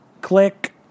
Click